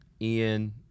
Ian